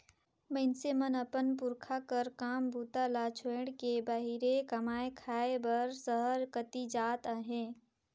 मइनसे मन अपन पुरखा कर काम बूता ल छोएड़ के बाहिरे कमाए खाए बर सहर कती जात अहे